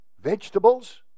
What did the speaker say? vegetables